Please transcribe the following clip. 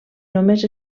només